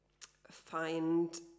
find